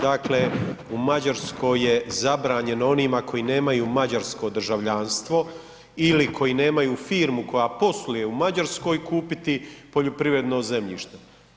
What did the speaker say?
Dakle, u Mađarskoj je zabranjeno onima koji nemaju mađarsko državljanstvo ili koji nemaju firmu koja posluje u Mađarskoj kupiti poljoprivredno zemljište.